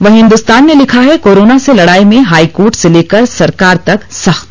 वहीं हिन्दुस्तान ने लिखा है कोरोना से लड़ाई में हाईकोर्ट से लेकर सरकार तक शख्त